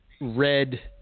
red